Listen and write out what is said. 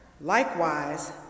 Likewise